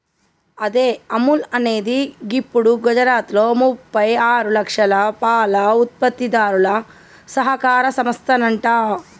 అదే అముల్ అనేది గిప్పుడు గుజరాత్లో ముప్పై ఆరు లక్షల పాల ఉత్పత్తిదారుల సహకార సంస్థనంట